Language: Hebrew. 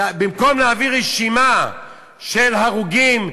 במקום להביא רשימה של הרוגים,